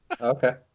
Okay